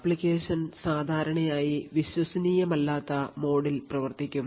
application സാധാരണയായി വിശ്വസനീയമല്ലാത്ത മോഡിൽ പ്രവർത്തിക്കും